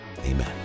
Amen